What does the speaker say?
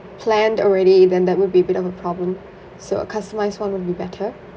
planned already then that would be a bit of a problem so a customised [one] would be better